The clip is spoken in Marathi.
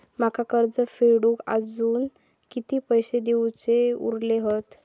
माका कर्ज फेडूक आजुन किती पैशे देऊचे उरले हत?